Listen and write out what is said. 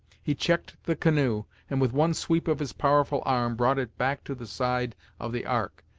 he checked the canoe, and with one sweep of his powerful arm brought it back to the side of the ark.